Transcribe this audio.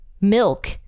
milk